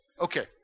Okay